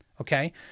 Okay